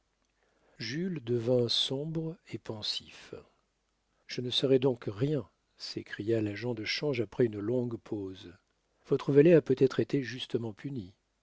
jules devint sombre et pensif je ne saurai donc rien s'écria l'agent de change après une longue pause votre valet a peut-être été justement puni